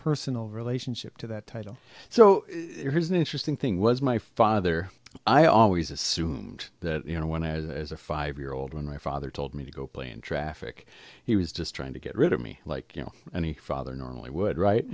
personal relationship to that title so here's an interesting thing was my father i always assumed that you know when i was as a five year old when my father told me to go play in traffic he was just trying to get rid of me like you know any father normally would right